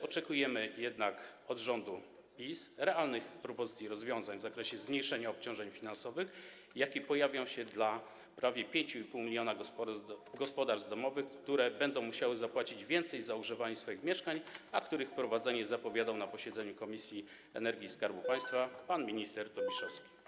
Oczekujemy jednak od rządu PiS realnych propozycji rozwiązań w zakresie zmniejszenia obciążeń finansowych, jakie pojawiają się dla prawie 5,5 mln gospodarstw domowych, które będą musiały zapłacić więcej za ogrzewanie swoich mieszkań, których to wprowadzenie zapowiadał na posiedzeniu komisji energii i skarbu państwa pan minister Tobiszowski.